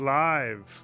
live